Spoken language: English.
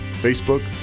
Facebook